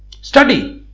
study